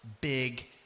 big